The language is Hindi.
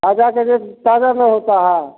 ताज़ा के रेट ताज़ा में होता है